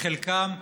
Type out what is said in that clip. חלקם,